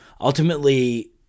ultimately